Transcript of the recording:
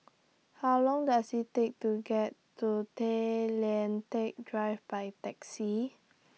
How Long Does IT Take to get to Tay Lian Teck Drive By Taxi